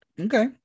okay